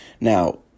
Now